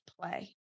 play